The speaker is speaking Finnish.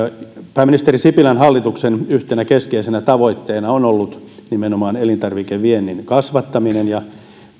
pääministeri sipilän hallituksen yhtenä keskeisenä tavoitteena on ollut nimenomaan elintarvikeviennin kasvattaminen